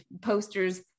posters